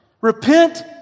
Repent